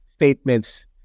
statements